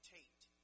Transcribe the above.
Tate